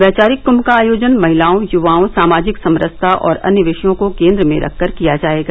वैचारिक कुंभ का आयोजन महिलाओं य्वाओं सामाजिक समरसता और अन्य विशयों को केन्द्र में रखकर किया जायेगा